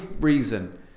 reason